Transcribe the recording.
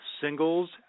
singles